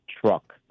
truck